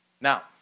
Now